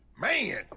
man